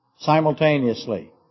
simultaneously